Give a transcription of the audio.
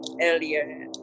earlier